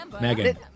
Megan